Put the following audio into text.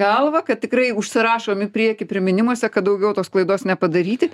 galvą kad tikrai užsirašom į priekį priminimuose kad daugiau tos klaidos nepadaryti